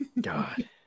God